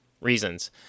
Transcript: reasons